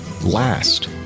last